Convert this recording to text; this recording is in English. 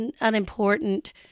unimportant